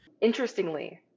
Interestingly